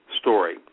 story